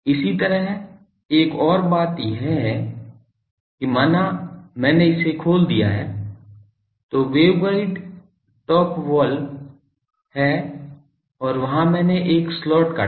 इसी तरह एक और बात यह है कि माना मैंने इसे खोल दिया है तो वेवगाइड टॉप वॉल है और वहां मैंने एक स्लॉट काटा